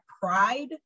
pride